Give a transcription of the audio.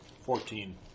Fourteen